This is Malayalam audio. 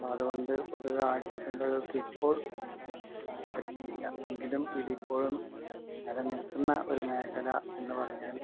അപ്പം അതുകൊണ്ട് പൊതുവേ ആഴ്ച്ചച്ചന്തകൾക്കിപ്പോൾ പ്രസക്തിയില്ല എങ്കിലും ഇതിപ്പോഴും നിലനിൽക്കുന്ന ഒരു മേഖല എന്ന് പറഞ്ഞാൽ